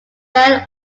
fail